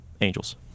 angels